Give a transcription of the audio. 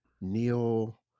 neil